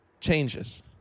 changes